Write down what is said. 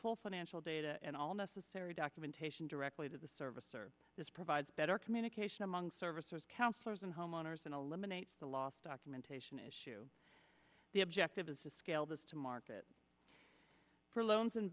full financial data and all necessary documentation directly to the service or this provides better communication among servicers counselors and homeowners and eliminates the lost documentation issue the objective is to scale this to market for loans